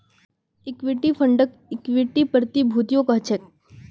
equity फंडक equity प्रतिभूतियो कह छेक